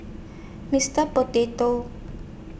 Mister Potato